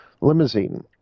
limousine